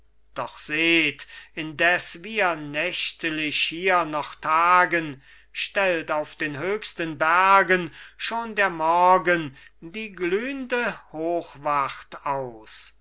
doch seht indes wir nächtlich hier noch tagen stellt auf den höchsten bergen schon der morgen die glühnde hochwacht aus